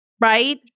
right